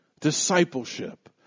Discipleship